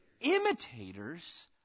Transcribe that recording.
imitators